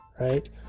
right